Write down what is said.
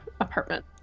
apartment